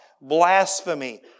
blasphemy